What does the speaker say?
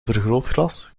vergrootglas